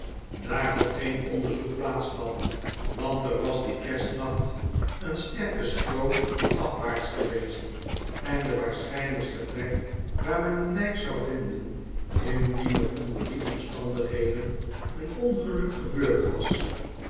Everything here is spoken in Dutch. daar had geen onderzoek plaats gehad want er was dien kerstnacht een sterke stroom afwaarts geweest en de waarschynlykste plek waar men een lyk zou vinden indien er onder die omstandigheden een ongeluk gebeurd was